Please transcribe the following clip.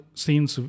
scenes